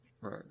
right